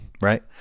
right